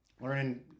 Learning